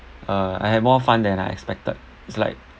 uh I have more fun than I expected it's like